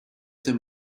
them